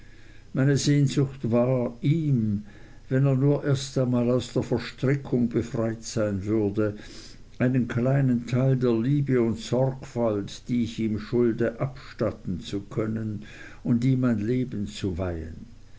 meine sehnsucht war ihm wenn er nur erst einmal aus der verstrickung befreit sein würde einen kleinen teil der liebe und sorgfalt die ich ihm schulde abstatten zu können und ihm mein leben zu weihen